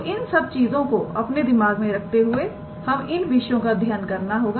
तो इन सब चीजों को अपने दिमाग में रखते हुए हमें इन विषयों का अध्ययन करना होगा